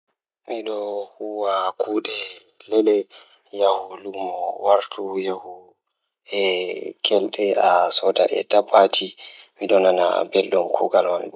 Hadow huwa kuugal lele, Mi waɗa njangu nguurndam e hokkude ceede e doggol kañum ngal. Ko njamaaji ngal mi waɗa heɓude e yimɓe waɗata laata e neɗɗo. Mi njiddaade ɗum njam sabu mi waɗata jokkondirde ngal njam rewɓe ngal.